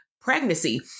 pregnancy